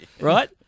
right